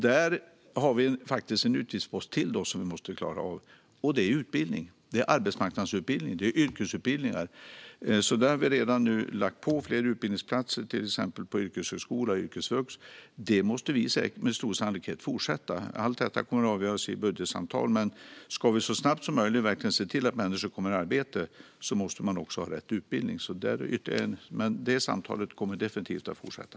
Där har vi faktiskt en utgiftspost till som vi måste klara av. Det handlar om utbildning - arbetsmarknadsutbildningar och yrkesutbildningar. Vi har redan tillfört fler utbildningsplatser på till exempel yrkeshögskolan och Yrkesvux. Det måste vi med stor sannolikhet fortsätta med. Allt detta kommer att avgöras vid budgetsamtal. Men om vi så snabbt som möjligt verkligen ska se till att människor kommer i arbete måste de också ha rätt utbildning. Detta samtal kommer definitivt att fortsätta.